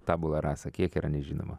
tabula rasa kiek yra nežinoma